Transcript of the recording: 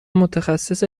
متخصص